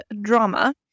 drama